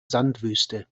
sandwüste